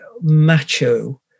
macho